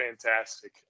fantastic